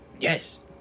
Yes